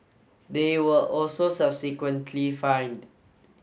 they were also subsequently fined